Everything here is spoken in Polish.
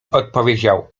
odpowiedział